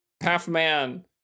Half-man